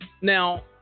Now